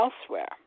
elsewhere